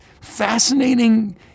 fascinating